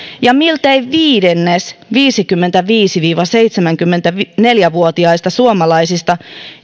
ja miltei viidennes viisikymmentäviisi viiva seitsemänkymmentäneljä vuotiaista suomalaisista